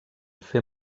fer